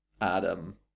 Adam